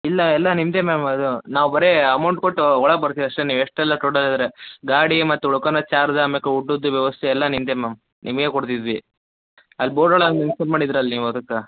ಇಲ್ಲ ಎಲ್ಲ ನಿಮ್ಮದೇ ಮ್ಯಾಮ್ ಅದು ನಾವು ಬರೀ ಅಮೌಂಟ್ ಕೊಟ್ಟು ಒಳಗೆ ಬರ್ತೀವಿ ಅಷ್ಟೇ ನೀವೆಷ್ಟೆಲ್ಲ ಟೋಟಲ್ ಹೇಳಿದರೆ ಗಾಡಿ ಮತ್ತು ಉಳ್ಕನೋ ಚಾರ್ಜ್ ಆಮೇಕ ಊಟದ ವ್ಯವಸ್ಥೆ ಎಲ್ಲ ನಿಮ್ಮದೇ ಮ್ಯಾಮ್ ನಿಮಗೆ ಕೊಡ್ತಿದ್ವಿ ಅಲ್ಲಿ ಬೋರ್ಡೊಳಗೆ ಮೆನ್ಶನ್ ಮಾಡಿದಿರಲ್ಲ ನೀವು ಅದಕ್ಕೆ